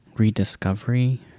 rediscovery